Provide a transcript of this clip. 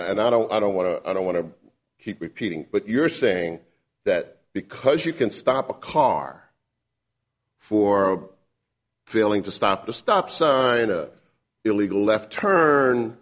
and i don't i don't want to i don't want to keep repeating but you're saying that because you can stop a car for failing to stop a stop sign or illegal left turn